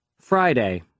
Friday